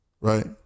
right